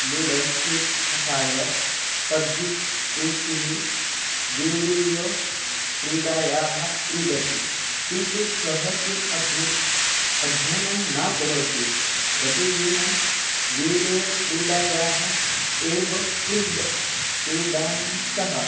ludo free फ़् fire PUBG इति video क्रीडायाः क्रीडति किन्तु सः किम् अपि अध्ययनं न करोति प्रतिदिनं वीडियो क्रीडायाः एव क्रीडां क्रीडन्तः